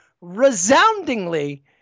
resoundingly